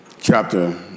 chapter